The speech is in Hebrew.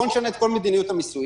בואו נשנה את כל מדיניות המיסוי,